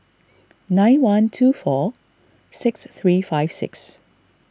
nine one two four six three five six